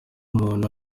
umuntu